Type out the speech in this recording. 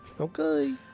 Okay